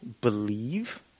believe